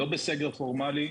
לא בסגר פורמאלי,